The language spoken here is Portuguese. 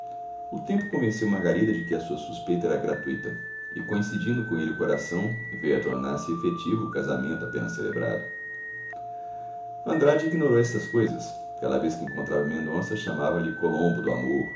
o tempo convenceu margarida de que a sua suspeita era gratuita e coincidindo com ele o coração veio a tornar-se efetivo o casamento apenas celebrado andrade ignorou estas coisas cada vez que encontrava mendonça chamava-lhe colombo do amor